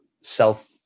self